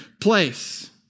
place